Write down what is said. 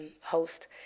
host